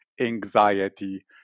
anxiety